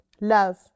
love